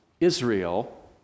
Israel